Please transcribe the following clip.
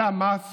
זה המס